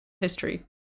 history